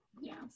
Yes